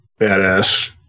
badass